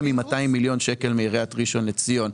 מ-200 מיליון שקלים בעיריית ראשון לציון.